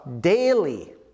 daily